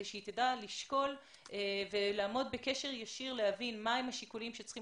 שהיא תדע לשקול ולעמוד בקשר ישיר ולהבין מה הם השיקולים שצריכים